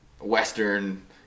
Western